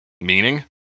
meaning